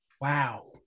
Wow